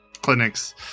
clinics